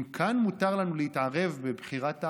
אם כאן מותר לנו להתערב בבחירת העם,